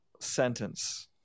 sentence